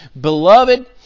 Beloved